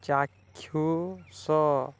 ଚାକ୍ଷୁଷ